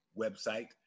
website